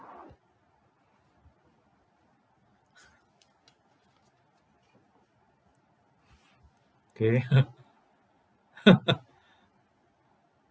K